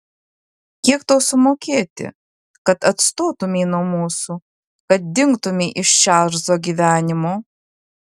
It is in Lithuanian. kiek tau sumokėti kad atstotumei nuo mūsų kad dingtumei iš čarlzo gyvenimo